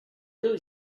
really